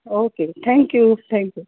okay ji thank you thank you